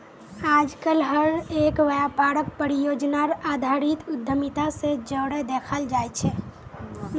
आजकल हर एक व्यापारक परियोजनार आधारित उद्यमिता से जोडे देखाल जाये छे